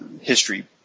history